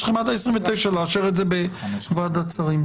יש לכם עד ה-29 לאשר את זה בוועדת שרים.